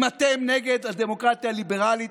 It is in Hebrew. אם אתם נגד הדמוקרטיה הליברלית,